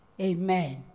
Amen